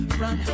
run